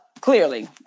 clearly